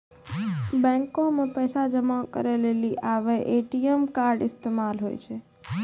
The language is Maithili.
बैको मे पैसा जमा करै लेली आबे ए.टी.एम कार्ड इस्तेमाल होय छै